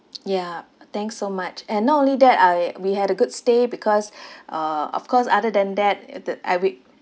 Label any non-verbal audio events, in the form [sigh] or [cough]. [noise] yup thanks so much and not only that I we had a good stay because uh of course other than that uh the uh we